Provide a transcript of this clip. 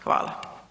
Hvala.